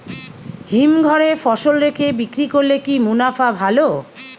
হিমঘরে ফসল রেখে বিক্রি করলে কি মুনাফা ভালো?